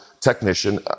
technician